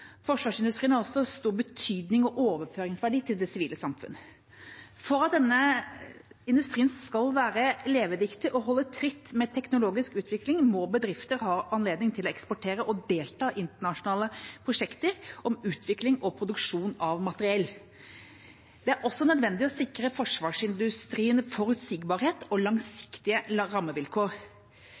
Forsvarsindustrien har også stor betydning i og overføringsverdi til det sivile samfunnet. For at denne industrien skal være levedyktig og holde tritt med teknologisk utvikling, må bedrifter ha anledning til å eksportere og delta i internasjonale prosjekter om utvikling og produksjon av materiell. Det er også nødvendig å sikre forsvarsindustrien forutsigbarhet og langsiktige rammevilkår.